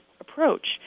approach